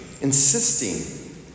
insisting